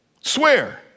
Swear